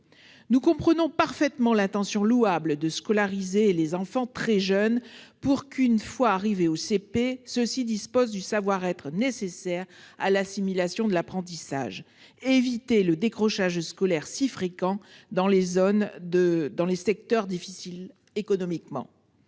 Nous comprenons parfaitement l'intention louable de scolariser les enfants très jeunes, pour qu'une fois arrivés au CP ceux-ci disposent du savoir-être nécessaire à l'assimilation des apprentissages et éviter le décrochage scolaire si fréquent dans les secteurs économiquement